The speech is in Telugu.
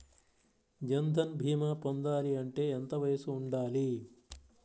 జన్ధన్ భీమా పొందాలి అంటే ఎంత వయసు ఉండాలి?